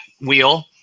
wheel